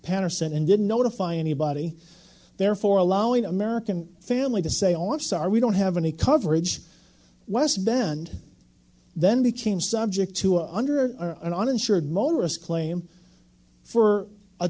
patterson and didn't notify anybody therefore allowing american family to say our star we don't have any coverage was ben and then became subject to under our own uninsured motorist claim for a